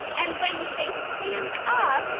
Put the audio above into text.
and when they stand up,